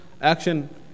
action